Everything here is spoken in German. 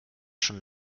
schon